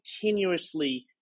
continuously